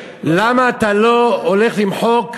למה אתה לא הולך למחוק,